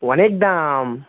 অনেক দাম